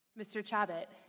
mr. javits,